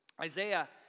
Isaiah